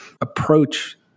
Approach